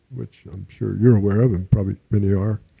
which i'm sure you're aware of and probably many are.